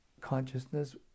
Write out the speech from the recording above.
consciousness